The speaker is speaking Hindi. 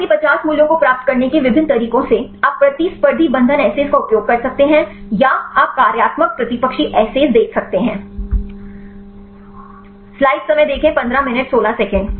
तो IC50 मूल्यों को प्राप्त करने के विभिन्न तरीकों से आप प्रतिस्पर्धी बंधन assays का उपयोग कर सकते हैं या आप कार्यात्मक प्रतिपक्षी assays देख सकते हैं